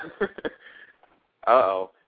Uh-oh